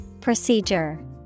Procedure